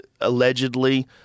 allegedly